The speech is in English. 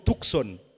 Tucson